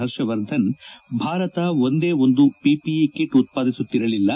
ಹರ್ಷವರ್ಧನ್ ಭಾರತ ಒಂದೇ ಒಂದು PPE kit ಉತ್ಪಾದಿಸುತ್ತಿರಲಿಲ್ಲ